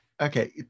okay